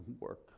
work